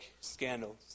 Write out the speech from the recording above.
scandals